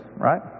right